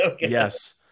yes